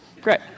Great